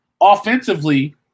offensively